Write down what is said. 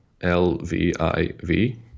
L-V-I-V